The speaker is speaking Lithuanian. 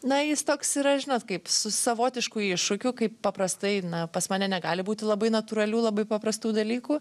na jis toks yra žinot kaip su savotišku iššūkiu kaip paprastai na pas mane negali būti labai natūralių labai paprastų dalykų